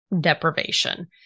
deprivation